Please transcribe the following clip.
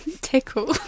Tickle